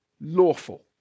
lawful